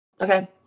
Okay